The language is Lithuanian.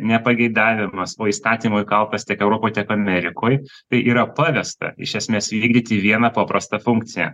ne pageidavimas o įstatymui kaupias tiek europoj tiek amerikoj tai yra pavesta iš esmės įvykdyti vieną paprastą funkciją